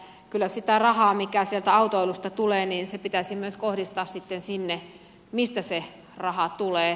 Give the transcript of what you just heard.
kyllä sitä rahaa mikä sieltä autoilusta tulee pitäisi myös kohdistaa sitten sinne mistä se raha tulee